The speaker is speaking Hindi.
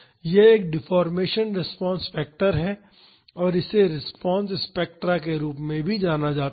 यह एक डिफ़ॉर्मेशन रिस्पांस फैक्टर है और इसे रिस्पांस स्पेक्ट्रा के रूप में भी जाना जाता है